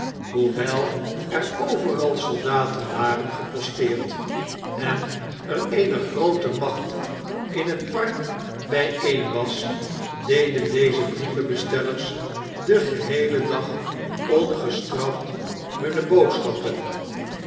hoewel er overal soldaten waren geposteerd en er eene groote macht in het park bijeen was deden deze brievenbestellers den geheelen dag lang ongestraft hunne boodschappen